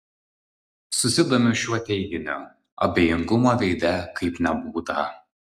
susidomiu šiuo teiginiu abejingumo veide kaip nebūta